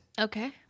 Okay